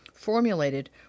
formulated